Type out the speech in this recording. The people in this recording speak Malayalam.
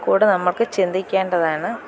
കൂടെ നമുക്ക് ചിന്തിക്കേണ്ടതാണ്